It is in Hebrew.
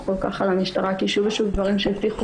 כל כך על המשטרה כי שוב ושוב דברים שהבטיחו,